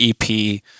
EP